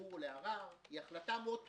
לערעור או לערר" היא החלטה מאוד פתוחה.